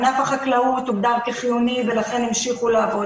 ענף החקלאות הוגדר כחיוני ולכן המשיכו לעבוד.